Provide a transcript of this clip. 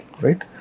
Right